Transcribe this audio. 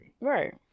Right